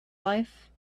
life